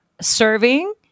serving